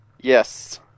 Yes